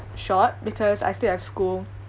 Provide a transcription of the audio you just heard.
short because I still have school